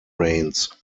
rains